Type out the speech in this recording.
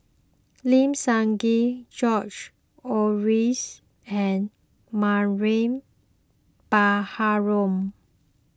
Lim Sun Gee George Oehlers and Mariam Baharom